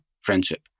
friendship